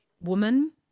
woman